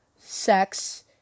sex